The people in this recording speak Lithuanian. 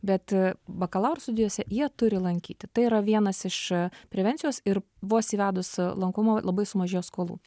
bet bakalauro studijose jie turi lankyti tai yra vienas iš prevencijos ir vos įvedus lankomumą labai sumažėjo skolų